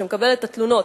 שמקבלת את התלונות,